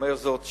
ואומר זאת שוב: